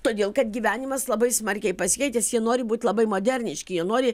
todėl kad gyvenimas labai smarkiai pasikeitęs jie nori būt labai moderniški jie nori